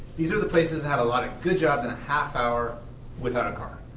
these are the places that have a lot of good jobs in a half hour without a car.